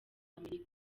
amerika